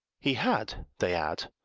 he had, they add,